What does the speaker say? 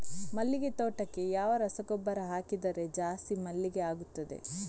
ಮಲ್ಲಿಗೆ ತೋಟಕ್ಕೆ ಯಾವ ರಸಗೊಬ್ಬರ ಹಾಕಿದರೆ ಜಾಸ್ತಿ ಮಲ್ಲಿಗೆ ಆಗುತ್ತದೆ?